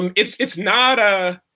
um it's it's not ah